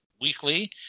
Weekly